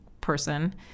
person